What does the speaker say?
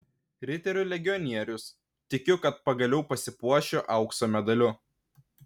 riterių legionierius tikiu kad pagaliau pasipuošiu aukso medaliu